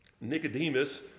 Nicodemus